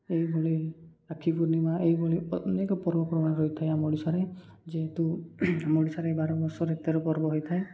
ଏହିଭଳି ରାକ୍ଷୀ ପୂର୍ଣ୍ଣିମା ଏହିଭଳି ଅନେକ ପର୍ବପର୍ବାଣି ରହିଥାଏ ଆମ ଓଡ଼ିଶାରେ ଯେହେତୁ ଓଡ଼ିଶାରେ ବାର ମାସରେ ତେର ପର୍ବ ହୋଇଥାଏ